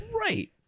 right